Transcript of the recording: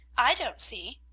i don't see!